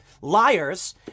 liars